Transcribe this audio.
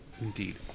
Indeed